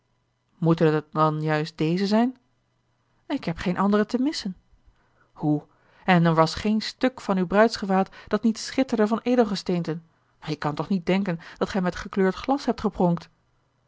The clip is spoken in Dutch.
moeten het dan juist deze zijn ik heb geene andere te missen hoe en er was geen stuk van uw bruidsgewaad dat niet schitterde van edelgesteenten ik kan toch niet denken dat gij met gekleurd glas hebt gepronkt